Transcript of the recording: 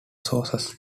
sources